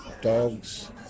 dogs